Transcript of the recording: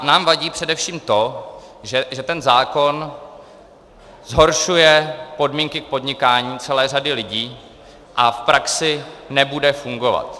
Nám vadí především to, že ten zákon zhoršuje podmínky k podnikání celé řady lidí a v praxi nebude fungovat.